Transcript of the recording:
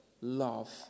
love